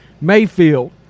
Mayfield